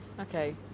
Okay